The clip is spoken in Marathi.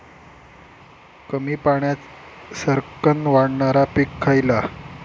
कमी पाण्यात सरक्कन वाढणारा पीक खयला?